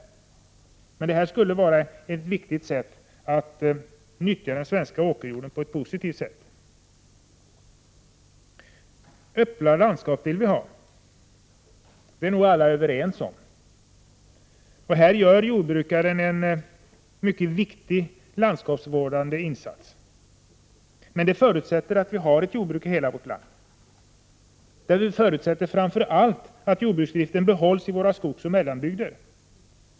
Men det skulle vara ett bra sätt att utnyttja den svenska åkerjorden. Öppna landskap vill vi ha, det är nog alla överens om. I detta sammanhang gör jordbrukaren en mycket viktig landskapsvårdande insats. Men detta förutsätter att vi har jordbruk i hela vårt land. Det förutsätter framför allt att jordbruksdriften behålls i våra skogsoch mellanbygder.